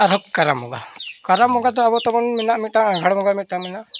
ᱟᱨᱦᱚᱸ ᱠᱟᱨᱟᱢ ᱵᱚᱸᱜᱟ ᱠᱟᱨᱟᱢ ᱵᱚᱸᱜᱟ ᱫᱚ ᱟᱵᱚ ᱛᱟᱵᱚᱱ ᱢᱮᱱᱟᱜ ᱢᱤᱫᱴᱟᱝ ᱟᱸᱜᱷᱟᱲ ᱵᱚᱸᱜᱟ ᱢᱮᱱᱟᱜᱼᱟ